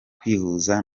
kwihuza